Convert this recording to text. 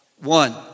One